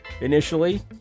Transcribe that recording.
initially